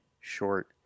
short